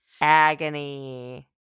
Agony